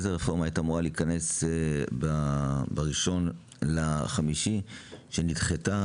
איזו רפורמה הייתה אמורה להיכנס ב-1 במאי שנדחתה?